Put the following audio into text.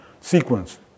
Sequence